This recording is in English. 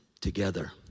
together